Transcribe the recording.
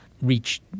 reach